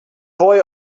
boy